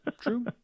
true